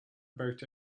about